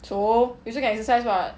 so you still can exercise [what]